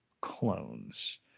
clones